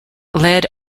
lead